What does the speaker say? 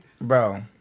Bro